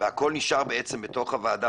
והכול נשאר בתוך הוועדה,